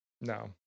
No